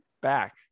back